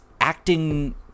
acting